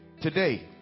today